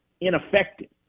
ineffective